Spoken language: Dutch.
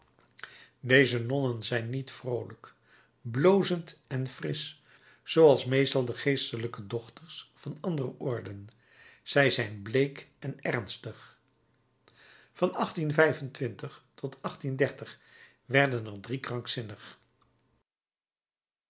deze nonnen zijn niet vroolijk blozend en frisch zooals meestal de geestelijke dochters van andere orden zij zijn bleek en ernstig van tot werden er drie krankzinnig